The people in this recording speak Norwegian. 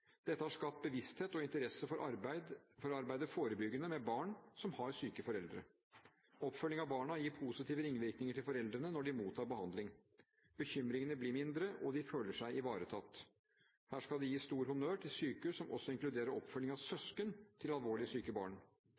Dette har skapt bevissthet om og interesse for å arbeide forebyggende med barn som har syke foreldre. Oppfølging av barna gir positive ringvirkninger for foreldrene når de mottar behandling. Bekymringene blir mindre, og de føler seg ivaretatt. Her skal det gis stor honnør til sykehus som også inkluderer oppfølging av søsken til alvorlig syke barn.